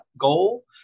goal